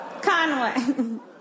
Conway